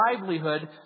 livelihood